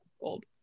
old